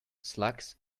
slugs